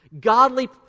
godly